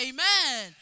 Amen